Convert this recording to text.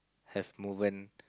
have moven